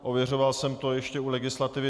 Ověřoval jsem to ještě u legislativy.